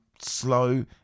slow